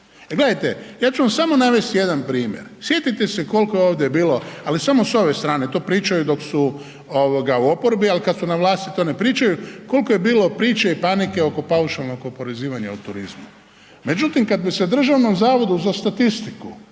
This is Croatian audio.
Gledajte, ja ću vam samo navesti jedan primjer, sjetite se kolko je ovdje bilo, ali samo s ove strane, to pričaju dok su u oporbi, al kad su na vlasti to ne pričaju, kolko je bilo priče i panike oko paušalnog oporezivanja u turizmu. Međutim, kad bi se Državnom zavodu za statistiku